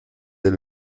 del